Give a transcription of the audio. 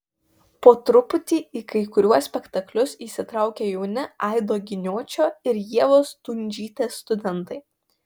po truputį į kai kuriuos spektaklius įsitraukia jauni aido giniočio ir ievos stundžytės studentai